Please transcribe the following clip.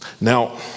Now